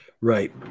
Right